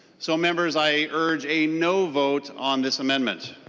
so members i urge a no vote on this amendment.